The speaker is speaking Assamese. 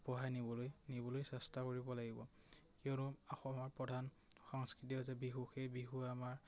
নিবলৈ নিবলৈ চেষ্টা কৰিব লাগিব কিয়নো অসমৰ প্ৰধান সংস্কৃতি হৈছে বিহু সেই বিহুৱে আমাৰ